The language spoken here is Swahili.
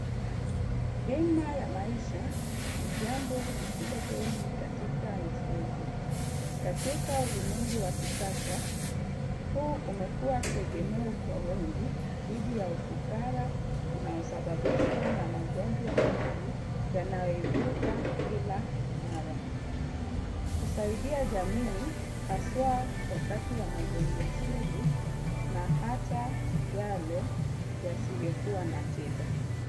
Bima ya maisha ni jambo lisilo geni katika nchi yetu. Katika ulimwengu wa kisasa, huu umekuwa tegemeo kwa wengi dhidi ya ufukara unaosababishwa na magonjwa mengi yanayoibuka kila mara. Husaidia jamii haswa wakati wa magonjwa sugu na hata yale yasiyokuwa na tiba.